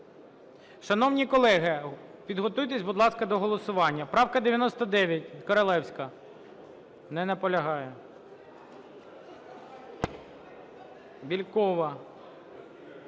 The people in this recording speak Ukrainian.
Шановні колеги, підготуйтесь, будь ласка, до голосування.